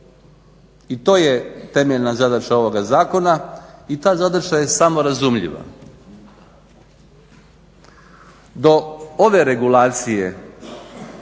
I to je temeljna zadaća ovog zakona i ta zadaća je samorazumljiva. Do ove regulacije